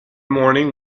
morning